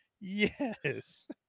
Yes